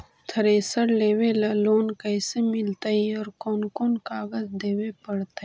Thresher लेबे ल loan कैसे मिलतइ और कोन कोन कागज देबे पड़तै?